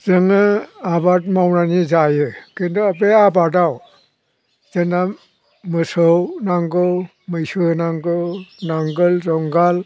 जोङो आबाद मावनानै जायो खिन्थु बे आबादाव जोंना मोसौ नांगौ मैसो नांगौ नांगाल जुंगाल